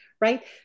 right